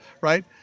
Right